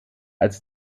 als